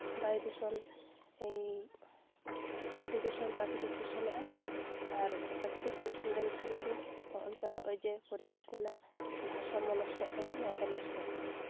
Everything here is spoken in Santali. ᱵᱟᱭᱩ ᱫᱩᱥᱚᱱ ᱢᱟᱴᱤ ᱫᱩᱥᱚᱱ ᱯᱨᱟᱠᱨᱤᱛᱤᱠ ᱫᱩᱥᱚᱱᱚᱜᱼᱟ ᱟᱨ ᱯᱨᱟᱠᱨᱤᱛᱤᱠ ᱫᱩᱥᱚᱱ ᱞᱮᱱᱠᱷᱟᱱ ᱜᱮ ᱦᱚᱸᱜᱼᱚ ᱱᱚᱝᱠᱟ ᱦᱚᱸᱜᱼᱚᱭ ᱡᱮ ᱯᱚᱨᱤᱵᱮᱥ ᱨᱮᱱᱟᱜ ᱵᱷᱟᱨᱥᱟᱢᱢᱚ ᱱᱚᱥᱴᱚᱜ ᱠᱟᱱᱟ ᱱᱚᱣᱟ ᱠᱚ ᱱᱚᱥᱴᱚᱜᱼᱟ